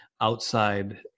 outside